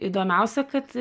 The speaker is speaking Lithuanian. įdomiausia kad